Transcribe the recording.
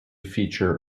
feature